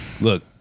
look